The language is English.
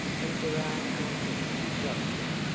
and gerard artis watched him,